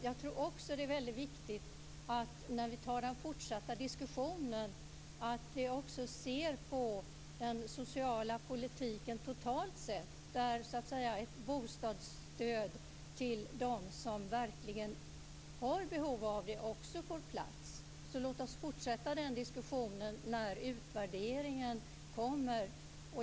Jag tror att det är väldigt viktigt att vi när vi tar den fortsatta diskussionen också ser på den sociala politiken totalt sett, där ett bostadsstöd till dem som verkligen har behov av det också får plats. Låt oss fortsätta den diskussionen när utvärderingen kommer.